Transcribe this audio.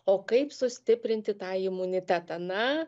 o kaip sustiprinti tą imunitetą na